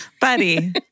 Buddy